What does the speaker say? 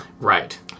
Right